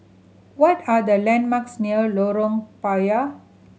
what are the landmarks near Lorong Payah